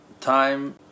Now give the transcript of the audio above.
time